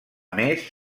més